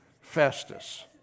Festus